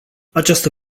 această